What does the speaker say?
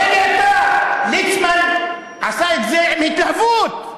מילא אתה, ליצמן עשה את זה מהתלהבות.